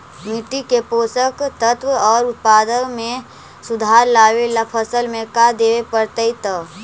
मिट्टी के पोषक तत्त्व और उत्पादन में सुधार लावे ला फसल में का देबे पड़तै तै?